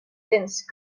dense